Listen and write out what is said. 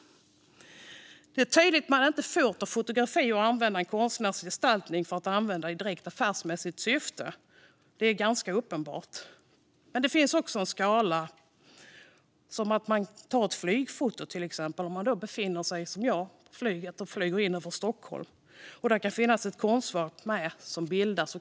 Det är tydligt att man inte får fotografera något som är konstnärligt gestaltat i direkt affärsmässigt syfte. Det är uppenbart. Men det finns en skala. Det kan till exempel handla om att ta ett flygfoto över Stockholm, och det kan då finnas ett konstverk med på bilden.